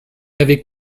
avait